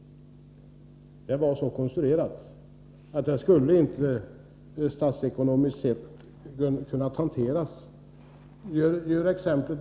Det var så konstruerat att det statsekonomiskt sett inte hade kunnat hanteras någon längre tid.